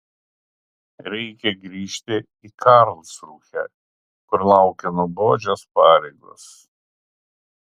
reikia grįžti į karlsrūhę kur laukia nuobodžios pareigos